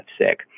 sick